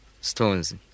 stones